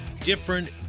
different